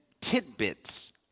tidbits